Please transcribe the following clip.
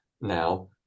now